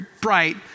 bright